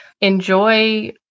enjoy